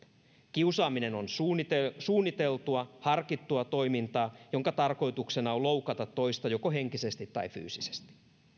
kiusaaminen on suunniteltua suunniteltua harkittua toimintaa jonka tarkoituksena on loukata toista joko henkisesti tai fyysisesti